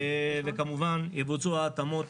וכמובן יבוצעו ההתאמות